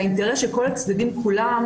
שהאינטרס של כל הצדדים כולם,